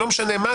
שלא משנה מה,